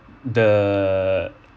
the